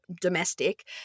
domestic